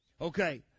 Okay